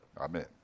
Amen